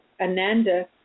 Ananda